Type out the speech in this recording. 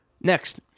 Next